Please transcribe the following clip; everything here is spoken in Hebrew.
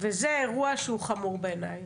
וזה אירוע שהוא חמור בעיניי.